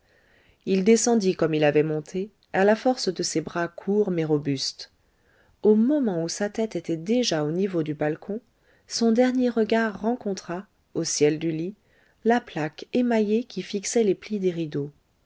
il descendit comme il avait monté à la force de ses bras courts mais robustes au moment où sa tête était déjà au niveau du balcon son dernier regard rencontra au ciel du lit la plaque émaillée qui fixait les plis des rideaux